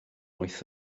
wyth